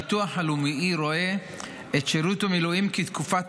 הביטוח הלאומי רואה את שירות המילואים כתקופת